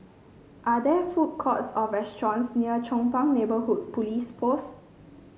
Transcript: are there food courts or restaurants near Chong Pang Neighbourhood Police Post